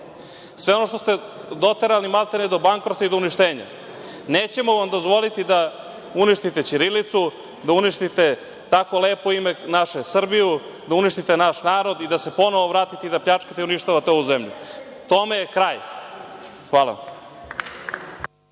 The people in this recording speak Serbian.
sve ono što ste doterali maltene do uništenja, nećemo vam dozvoliti da uništite ćirilicu, da uništite tako lepo ime, našu Srbiju, da uništite naš narod i da se ponovo vratite na pljačku i uništavate ovu zemlju. Tome je kraj. Hvala.